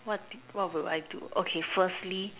what what would I do okay firstly